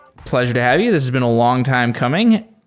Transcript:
pleasure to have you. this has been a long-time coming.